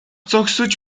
зогсож